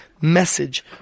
message